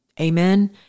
Amen